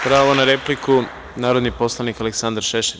Pravo na repliku, narodni poslanik Aleksandar Šešelj.